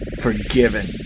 forgiven